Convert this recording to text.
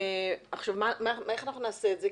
נשמע אותן.